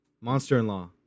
Monster-in-law